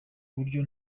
buryo